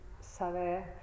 saber